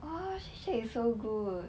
oh sure you so good